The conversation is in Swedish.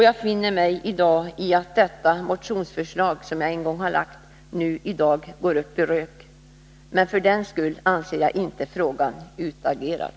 Jag finner mig i dag i att mitt motionsförslag går upp i rök — men för den skull anser jag inte frågan utagerad.